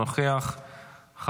אינו נוכח,